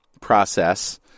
process